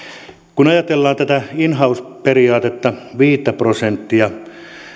kun ajatellaan tätä in house periaatetta viittä prosenttia